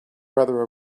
weather